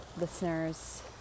listeners